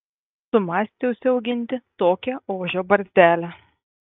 sumąstė užsiauginti tokią ožio barzdelę